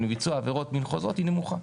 לביצוע עבירות מין חוזרות היא נמוכה.